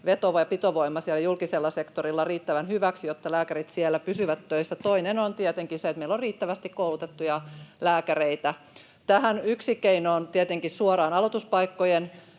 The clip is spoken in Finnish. veto- ja pitovoima siellä julkisella sektorilla riittävän hyväksi, jotta lääkärit siellä pysyvät töissä. Toinen on tietenkin se, että meillä on riittävästi koulutettuja lääkäreitä. Tähän yksi keino on tietenkin suoraan aloituspaikkojen